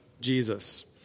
Jesus